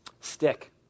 stick